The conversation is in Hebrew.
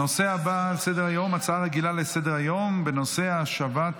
הנושא הבא, הצעה לסדר-היום בנושא: השבת